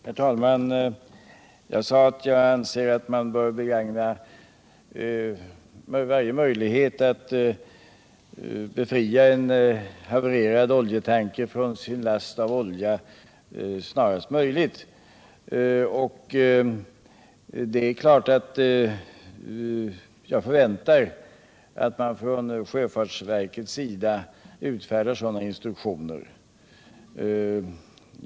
Herr talman! Jag sade att jag anser att man bör begagna varje möjlighet att befria en havererad oljetanker från sin last av olja snarast möjligt. Det är klart att jag förväntar mig att man från sjöfartsverkets sida utfärdar instruktioner i linje med det.